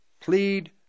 plead